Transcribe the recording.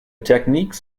techniques